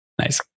Nice